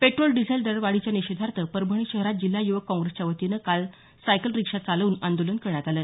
petrol diesel दरवाढीच्या निषेधार्थ परभणी शहरात जिल्हा युवक काँप्रेसच्या वतीनं काल सायकल रिक्षा चालवून आंदोलन करण्यात आलं